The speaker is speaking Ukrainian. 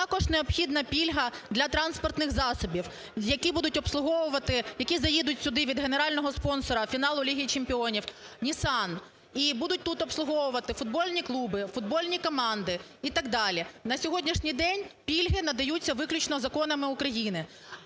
Також необхідна пільга для транспортних засобів, які будуть обслуговувати, які заїдуть сюди від генерального спонсора фіналу Ліги чемпіонів Nissan і будуть тут обслуговувати футбольні клуби, футбольні команди і так далі. На сьогоднішній день пільги надаються виключно законами України.